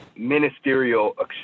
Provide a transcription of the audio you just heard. ministerial